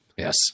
Yes